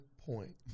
point